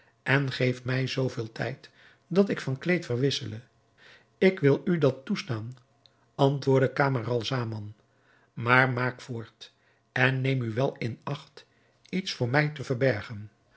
en geef mij zoo veel tijd dat ik van kleed verwissele ik wil u dat toestaan antwoordde camaralzaman maar maak voort en neem u wel in acht iets voor mij te verbergen